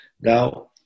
Now